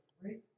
great